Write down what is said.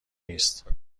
نیست